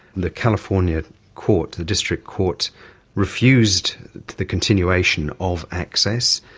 the california court, the district court refused the continuation of access,